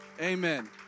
Amen